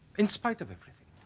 in spite of everything